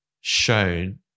shown